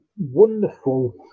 wonderful